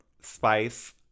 Spice